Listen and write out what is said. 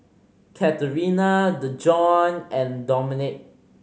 Katerina Dejon and Domenic